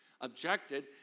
objected